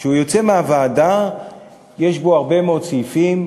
כשהוא יוצא מהוועדה יש בו הרבה מאוד סעיפים,